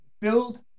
build